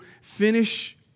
finish